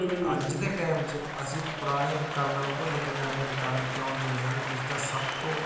ਅੱਜ ਦੇ ਟਾਈਮ 'ਚ ਅਸੀਂ ਪੁਰਾਣੇ ਉਪਕਰਨਾਂ ਨੂੰ ਭੁੱਲ ਕੇ ਨਵੇਂ ਉਪਕਰਨ ਕਿਉਂ ਚੁਣੇ ਹਨ ਇਸ ਦਾ ਸਭ ਤੋਂ